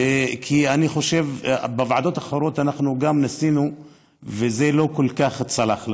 כי אני חושב שבוועדות האחרות גם ניסינו וזה לא כל כך צלח,